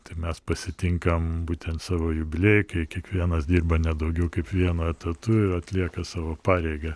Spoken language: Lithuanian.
tai mes pasitinkam būtent savo jubiliejų kai kiekvienas dirba ne daugiau kaip vienu etatu ir atlieka savo pareigą